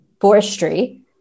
forestry